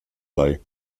sei